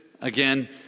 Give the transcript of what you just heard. again